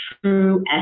true